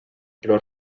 però